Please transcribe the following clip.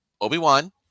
Obi-Wan